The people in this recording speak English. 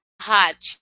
Hot